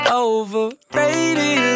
overrated